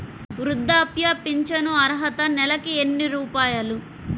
వృద్ధాప్య ఫింఛను అర్హత నెలకి ఎన్ని రూపాయలు?